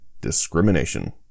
Discrimination